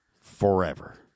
Forever